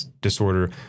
disorder